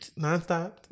nonstop